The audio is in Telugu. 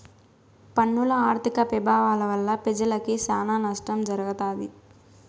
పన్నుల ఆర్థిక పెభావాల వల్ల పెజలకి సానా నష్టం జరగతాది